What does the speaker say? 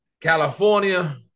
California